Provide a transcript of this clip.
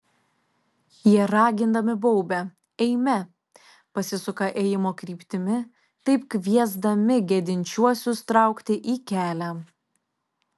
jie ragindami baubia eime pasisuka ėjimo kryptimi taip kviesdami gedinčiuosius traukti į kelią